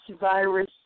virus